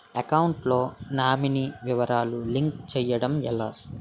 Account లో nominee వివరాలు link చేయటం ఎలా?